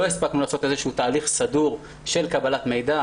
הספקנו לעשות תהליך סדור של קבלת מידע,